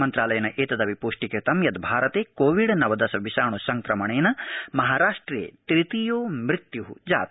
मन्त्रालयेन एतदपि प्ष्टीकृतं यद् भारते कोविड नवदश विषाण् संक्रमणेन महाराष्ट्रे तृतीयो मृत्यू जात